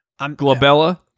Glabella